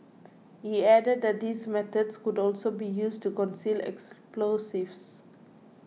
he added that these methods could also be used to conceal explosives